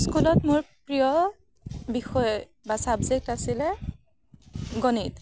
স্কুলত মোৰ প্ৰিয় বিষয় বা ছাবজেক্ট আছিলে গণিত